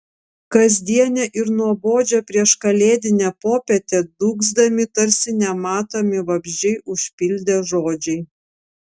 kasdienę ir nuobodžią prieškalėdinę popietę dūgzdami tarsi nematomi vabzdžiai užpildė žodžiai